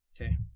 Okay